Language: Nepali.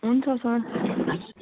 हुन्छ सर